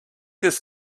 this